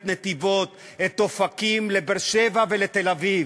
הוא חיבר את נתיבות ואת אופקים לבאר-שבע ולתל-אביב.